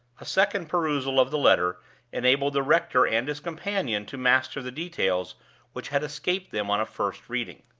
a second perusal of the letter enabled the rector and his companion to master the details which had escaped them on a first reading.